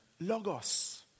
logos